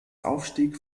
aufstieg